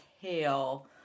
tail